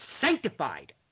Sanctified